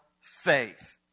faith